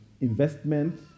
investment